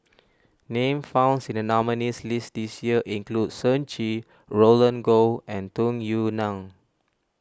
names founds in the nominees' list this year includes Shen Xi Roland Goh and Tung Yue Nang